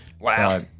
Wow